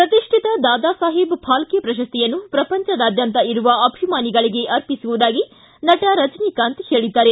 ಪ್ರತಿಷ್ಠಿತ ದಾದಾ ಸಾಹೇಬ್ ಫಾಲ್ಕೆ ಪ್ರಶಸ್ತಿಯನ್ನು ಪ್ರಪಂಚದಾದ್ಯಂತ ಇರುವ ಅಭಿಮಾನಿಗಳಿಗೆ ಅರ್ಪಿಸುವುದಾಗಿ ನಟ ರಜನಿಕಾಂತ್ ಹೇಳಿದ್ದಾರೆ